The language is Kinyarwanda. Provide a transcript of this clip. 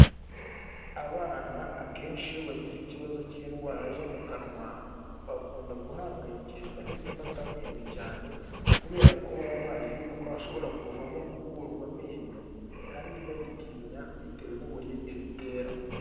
Abana, akenshi iyo bagize ikibazo cy'indwara zo mu kanwa bakunda guhangayikishwa n'izifata amenyo cyane, kubera ko baba bazi yuko hashobora kuvamo gukurwa amenyo, kandi babitinya, bitewe n'uburibwe bitera.